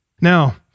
Now